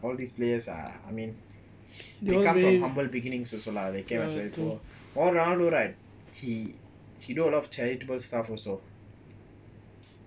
all these players are I mean they come from humble beginnings also lah அது for ronaldo right he do a lot of charitable staff also